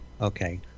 Okay